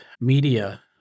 Media